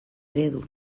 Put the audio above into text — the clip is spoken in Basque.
eredu